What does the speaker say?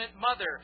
mother